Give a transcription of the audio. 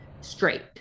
straight